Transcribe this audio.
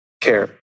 care